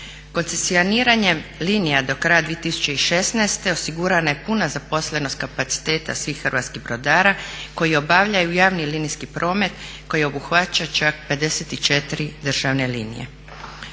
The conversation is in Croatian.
Koncesioniranje linija do kraja 2016. osigurana je puna zaposlenost kapaciteta svih hrvatskih brodara koji obavljaju javni linijski promet koji obuhvaća čak 54 državne linije.